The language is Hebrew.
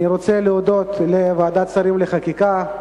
אני רוצה להודות לוועדת שרים לחקיקה,